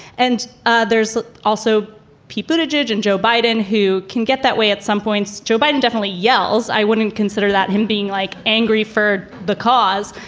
and ah there's also people to judge. and joe biden, who can get that way at some points. joe biden definitely yells. i wouldn't consider that him being like angry for the cause.